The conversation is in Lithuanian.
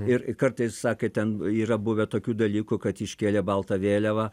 ir kartais sakė ten yra buvę tokių dalykų kad iškėlė baltą vėliavą